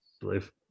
believe